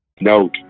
Note